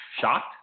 Shocked